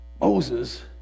Moses